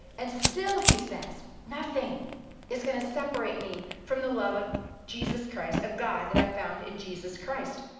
and still he says nothing is gonna separate me from the love of jesus christ, of god, that i found in jesus christ.